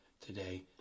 today